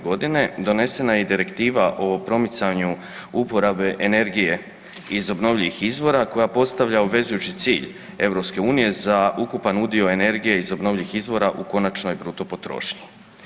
Godine donesena je i direktiva o promicanju uporabe energije iz obnovljivih izvora koja postavlja obvezujući cilj EU za ukupan udio energije iz obnovljivih izvora u konačnoj bruto potrošnji.